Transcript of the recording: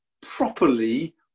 Properly